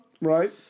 Right